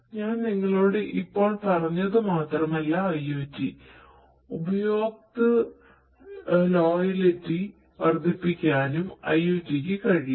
ഞാൻ നിങ്ങളോട് ഇപ്പോൾ പറഞ്ഞത് മാത്രമല്ല IOT ഉപഭോക്തൃ ലോയൽറ്റി വർദ്ധിപ്പിക്കാനും IOT ക്ക് കഴിയും